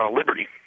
liberty